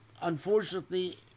Unfortunately